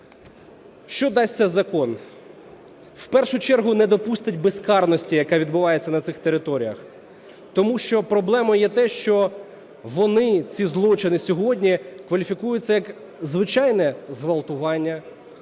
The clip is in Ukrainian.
Що дасть цей закон? У першу чергу не допустить безкарності, яка відбувається на цих територіях. Тому що проблемою є те, що вони ці злочини сьогодні кваліфікуються як звичайне зґвалтування,